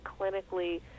clinically